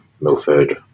Milford